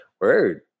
Word